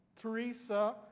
Teresa